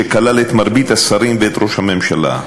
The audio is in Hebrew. שכלל את מרבית השרים ואת ראש הממשלה.